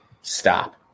stop